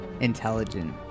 Intelligent